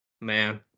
man